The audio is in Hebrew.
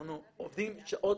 אנחנו עובדים שעות,